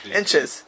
inches